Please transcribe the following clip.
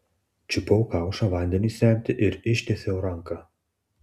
čiupau kaušą vandeniui semti ir ištiesiau ranką